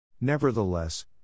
Nevertheless